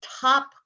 top